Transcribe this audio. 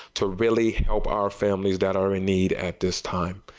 to really help our families that are in need at this time.